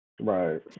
right